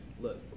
Look